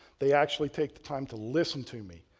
they actually take the time to listen to me.